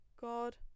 God